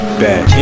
back